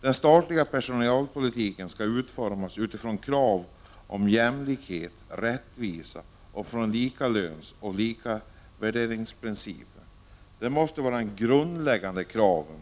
Den statliga personalpolitiken skall utformas utifrån krav på jämlikhet och rättvisa samt utifrån likalönsoch likavärderingsprincipen. Det måste vara de grundläggande kraven.